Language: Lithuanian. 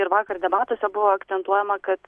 ir vakar debatuose buvo akcentuojama kad